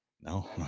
no